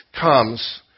comes